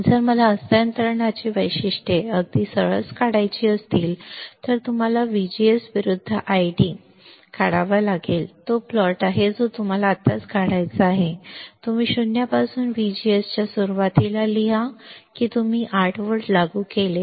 जर मला हस्तांतरणाची वैशिष्ट्ये अगदी सहज काढायची असतील तर तुम्हाला VGS विरूद्ध ID काढावा लागेल तो प्लॉट आहे जो तुम्हाला आत्ता काढायचा आहे तुम्ही 0 पासून VGS च्या सुरुवातीला लिहा तुम्ही किती 8 व्होल्ट लागू केले ते